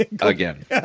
Again